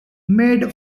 made